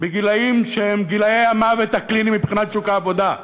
בגילים שהם גילי המוות הקליני מבחינת שוק העבודה,